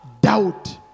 doubt